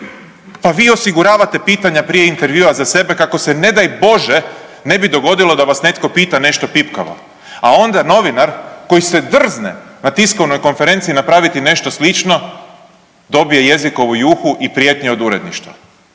Pa vi osiguravate pitanja prije intervjua za sebe kako se ne daj bože ne bi dogodilo da vas netko pita nešto pipkavo a onda novinar koji se drzne na tiskovnoj konferenciji napraviti nešto slično, dobije jezikovu juhu i prijetnje od uredništva.